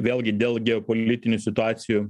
vėlgi dėl geopolitinių situacijų